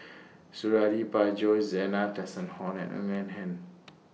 Suradi Parjo Zena Tessensohn and Ng Eng Hen